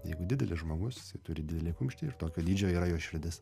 jeigu didelis žmogus jisai turi didelį kumštį ir tokio dydžio yra jo širdis